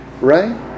right